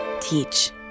Teach